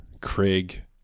Craig